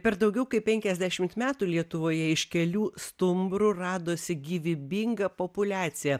per daugiau kaip penkiasdešimt metų lietuvoje iš kelių stumbrų radosi gyvybinga populiacija